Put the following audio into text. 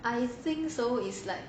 I think so it's like